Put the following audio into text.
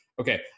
Okay